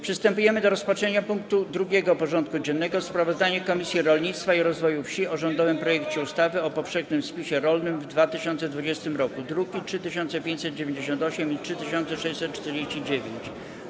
Przystępujemy do rozpatrzenia punktu 2. porządku dziennego: Sprawozdanie Komisji Rolnictwa i Rozwoju Wsi o rządowym projekcie ustawy o powszechnym spisie rolnym w 2020 r. (druki nr 3598 i 3649)